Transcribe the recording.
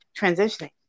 transitioning